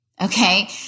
Okay